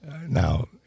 Now